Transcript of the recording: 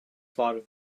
slaughter